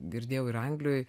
girdėjau ir anglijoj